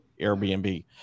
Airbnb